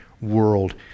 world